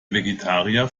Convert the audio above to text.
vegetarier